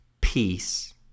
peace